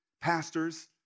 pastors